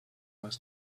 was